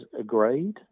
agreed